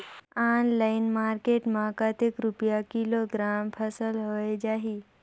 Online market मां कतेक रुपिया किलोग्राम फसल हवे जाही?